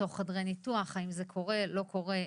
בתוך חדרי הניתוח והאם זה קורה או לא קורה,